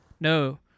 No